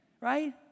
right